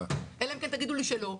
אלא אם כן תגידו לי שלא.